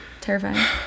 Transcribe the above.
terrifying